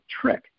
trick